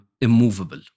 immovable